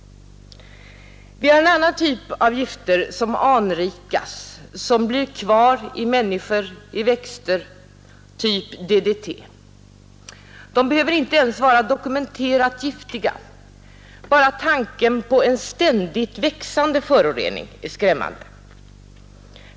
Vi har en annan typ av gifter som anrikas — som blir kvar i människor och i växter — typ DDT. De behöver inte ens vara dokumenterat giftiga; bara tanken på en ständigt växande förorening är skrämmande.